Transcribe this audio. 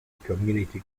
community